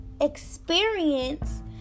experience